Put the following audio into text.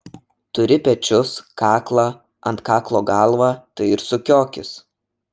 turi pečius kaklą ant kaklo galvą tai ir sukiokis